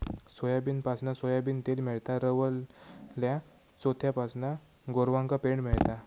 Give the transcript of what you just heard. सोयाबीनपासना सोयाबीन तेल मेळता, रवलल्या चोथ्यापासना गोरवांका पेंड मेळता